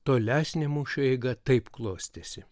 tolesnė mūšio eiga taip klostėsi